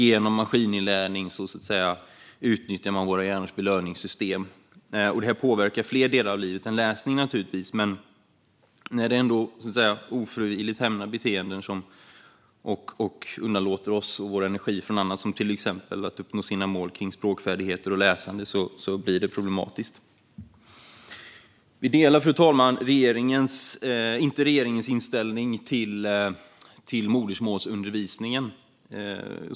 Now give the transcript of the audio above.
Genom maskininlärning utnyttjar man våra hjärnors belöningssystem. Det påverkar naturligtvis fler delar av livet än läsning, men när det ändå ofrivilligt hämmar beteenden och leder bort vår energi från att uppnå mål och språkfärdigheter och läsande blir det problematiskt. Fru talman! Vi delar inte regeringens inställning till modersmålsundervisning.